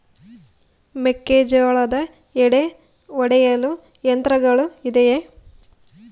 ಮೆಕ್ಕೆಜೋಳದ ಎಡೆ ಒಡೆಯಲು ಯಂತ್ರಗಳು ಇದೆಯೆ?